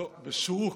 לא, בשורוק,